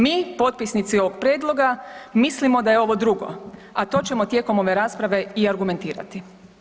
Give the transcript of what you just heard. Mi potpisnici ovog prijedloga mislimo da je ovo drugo, a to ćemo tijekom ove rasprave i argumentirati.